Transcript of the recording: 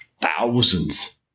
thousands